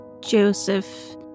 Joseph